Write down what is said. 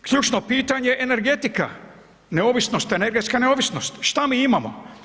Ključno pitanje energetika, neovisnost energetska neovisnost, šta mi imamo?